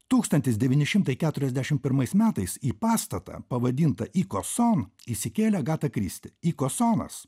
tūkstantis devyni šimtai keturiasdešimt pirmais metais į pastatą pavadintą ikosom įsikėlė agata kristi ikosomas